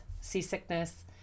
seasickness